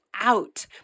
out